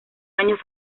años